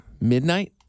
midnight